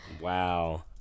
wow